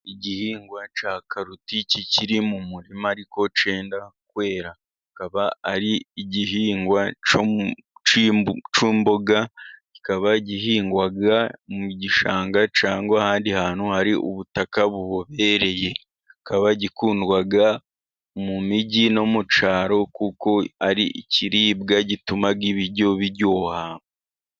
Igihingwa cya kaloti kikiri mu murima ariko cyenda kwera. Akaba ari igihingwa cyo mumboga kikaba gihingwaga mu gishanga cyangwa ahandi hantu hari ubutaka bubobereye. kikaba gikundwa mu mijyi no mu cyaro kuko ari ikiribwa gituma ibiryo biryoha.